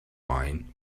wine